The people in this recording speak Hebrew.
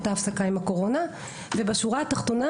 הייתה הפסקה עם הקורונה ובשורה התחתונה,